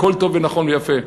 הכול טוב ונכון ויפה: